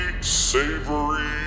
savory